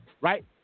right